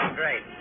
great